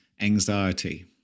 anxiety